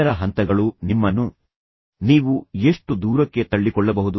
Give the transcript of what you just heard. ಇತರ ಹಂತಗಳು ನಿಮ್ಮನ್ನು ನೀವು ಎಷ್ಟು ದೂರಕ್ಕೆ ತಳ್ಳಿಕೊಳ್ಳಬಹುದು